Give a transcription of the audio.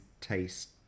taste